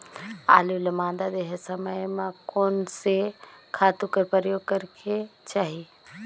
आलू ल मादा देहे समय म कोन से खातु कर प्रयोग करेके चाही?